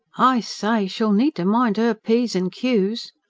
i say! she'll need to mind her p's and q's.